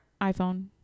iPhone